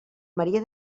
maria